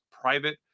private